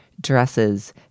dresses